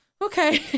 okay